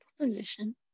position